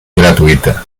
gratuita